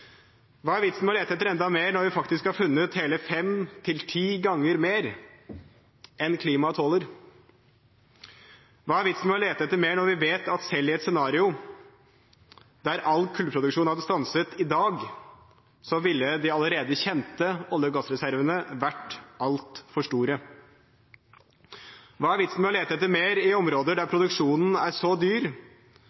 Hva er vitsen med å lete etter enda mer når vi faktisk har funnet hele fem til ti ganger mer enn klimaet tåler? Hva er vitsen med å lete etter mer når vi vet at selv i et scenario der all kullproduksjon hadde stanset i dag, ville de allerede kjente olje- og gassreservene vært altfor store? Hva er vitsen med å lete etter mer i områder der